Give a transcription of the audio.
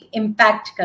impact